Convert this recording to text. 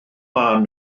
maen